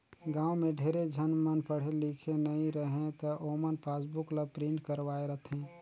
गाँव में ढेरे झन मन पढ़े लिखे नई रहें त ओमन पासबुक ल प्रिंट करवाये रथें